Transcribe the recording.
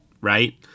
right